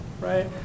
right